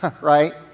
right